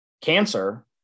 cancer